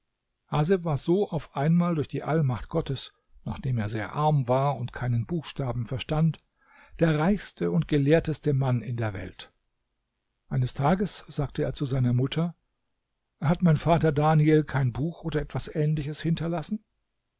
war so auf einmal durch die allmacht gottes nachdem er sehr arm war und keinen buchstaben verstand der reichste und gelehrteste mann in der welt eines tages sagte er zu seiner mutter hat mein vater daniel kein buch oder etwas ähnliches hinterlassen